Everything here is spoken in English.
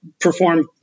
perform